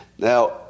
Now